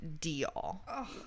deal